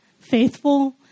faithful